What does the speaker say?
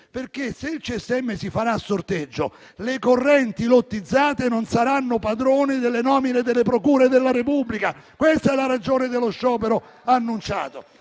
saranno scelti con sorteggio, le correnti lottizzate non saranno padrone delle nomine delle procure della Repubblica; questa è la ragione dello sciopero annunciato.